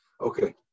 Okay